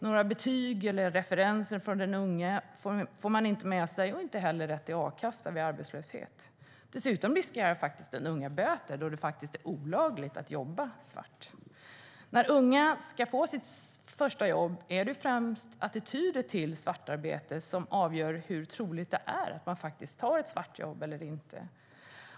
Några betyg eller referenser får den unga inte med sig, och man får heller inte rätt till a-kassa vid arbetslöshet. Dessutom riskerar den unga faktiskt böter, eftersom det är olagligt att jobba svart. När unga ska få sitt första jobb är det främst attityder till svartarbete som avgör hur troligt det är att man faktiskt tar ett svart jobb.